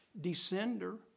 descender